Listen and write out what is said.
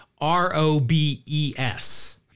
R-O-B-E-S